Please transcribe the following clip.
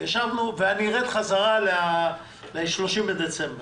ואני ארד חזרה ל-30 בדצמבר,